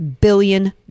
billion